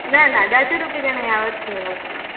न न दशरूप्यकाणि यावत् न्यूनं कुर्वन्तु